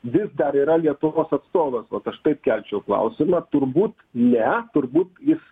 vis dar yra lietuvos atstovas vat aš taip kelčiau klausimą turbūt ne turbūt jis